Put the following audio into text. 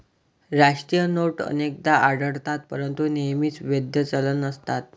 राष्ट्रीय नोट अनेकदा आढळतात परंतु नेहमीच वैध चलन नसतात